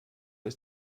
ist